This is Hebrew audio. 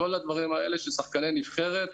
כל הדברים האלה ששחקני נבחרת,